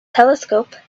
telescope